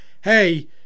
hey